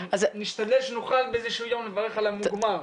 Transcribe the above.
נשתדל שנוכל באיזה שהוא יום לברך על המוגמר.